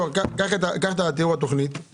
קח את תיאור התכנית,